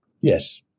Yes